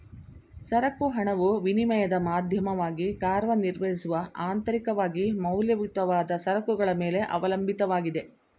ಸರಕು ಹಣವು ವಿನಿಮಯದ ಮಾಧ್ಯಮವಾಗಿ ಕಾರ್ಯನಿರ್ವಹಿಸುವ ಅಂತರಿಕವಾಗಿ ಮೌಲ್ಯಯುತವಾದ ಸರಕುಗಳ ಮೇಲೆ ಅವಲಂಬಿತವಾಗಿದೆ